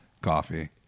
coffee